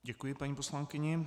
Děkuji paní poslankyni.